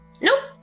Nope